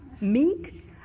Meek